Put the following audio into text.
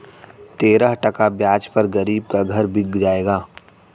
तेरह टका ब्याज पर गरीब का घर बिक जाएगा